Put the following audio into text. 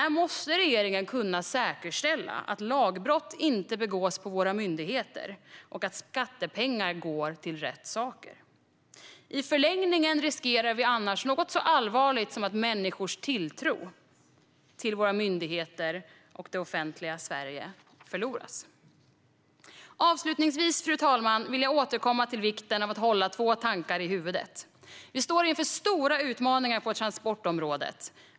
Regeringen måste kunna säkerställa att lagbrott inte begås på våra myndigheter och att skattepengar går till rätt saker. I förlängningen riskerar vi annars något så allvarligt som att människor förlorar tilltron till våra myndigheter och det offentliga Sverige. Avslutningsvis, fru talman, vill jag återkomma till vikten av att hålla två tankar i huvudet. Vi står inför stora utmaningar på transportområdet.